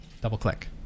Double-click